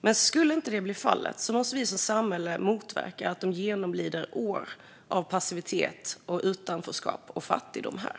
Men skulle det inte bli fallet måste vi som samhälle motverka att de genomlider år av passivitet, utanförskap och fattigdom här.